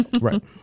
Right